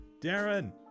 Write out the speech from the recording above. Darren